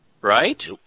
right